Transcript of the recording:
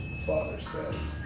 father says